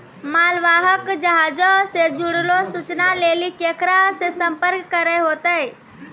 मालवाहक जहाजो से जुड़लो सूचना लेली केकरा से संपर्क करै होतै?